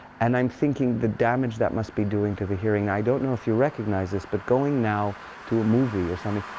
and i'm thinking, the damage that must be doing to the hearing. i don't know if you recognize this. but going now to a movie or something,